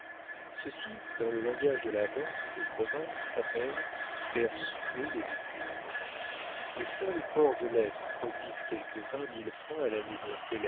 ceci dans le langage de la banque de province s'appelle faire suer les écus les seuls ports de lettres produisent quelque vingt mille francs à la maison